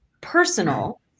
personal